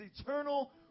eternal